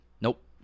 nope